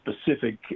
specific